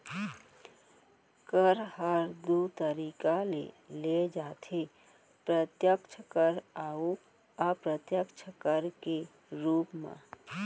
कर ह दू तरीका ले लेय जाथे प्रत्यक्छ कर अउ अप्रत्यक्छ कर के रूप म